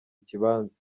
ikibanza